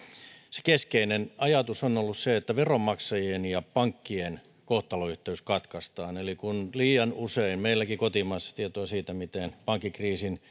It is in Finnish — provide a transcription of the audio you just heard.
se keskeinen ajatus on ollut että veronmaksajien ja pankkien kohtalonyhteys katkaistaan eli kun liian usein meilläkin kotimaassa on tietoa siitä pankkikriisin